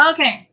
Okay